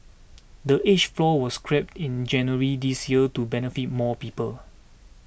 the age floor was scrapped in January this year to benefit more people